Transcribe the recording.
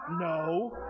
No